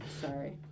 Sorry